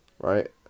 Right